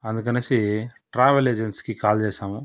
అందుకని ట్రావెల్ ఏజెన్సీకి కాల్ చేసాము